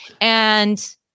And-